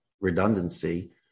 redundancy